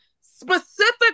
specific